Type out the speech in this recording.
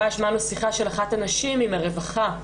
השמענו שיחה של אחת הנשים עם הרווחה.